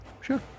Sure